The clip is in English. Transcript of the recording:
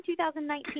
2019